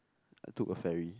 I took a ferry